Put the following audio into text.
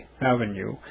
Avenue